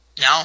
no